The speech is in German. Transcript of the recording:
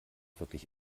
wirklich